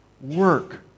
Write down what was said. work